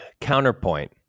counterpoint